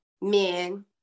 men